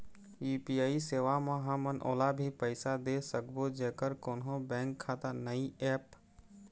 UPI सेवा म हमन ओला भी पैसा दे सकबो जेकर कोन्हो बैंक खाता नई ऐप?